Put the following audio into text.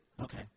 Okay